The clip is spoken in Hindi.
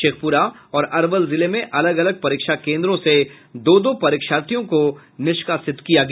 शेखपुरा और अरवल जिले में अलग अलग परीक्षा केन्द्रों से दो दो परीक्षार्थियों को निष्कासित किया गया